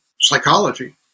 psychology